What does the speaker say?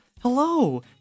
Hello